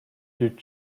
did